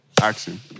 action